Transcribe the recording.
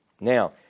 Now